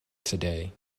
today